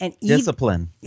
Discipline